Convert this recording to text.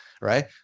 right